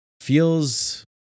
feels